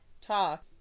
talk